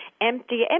empty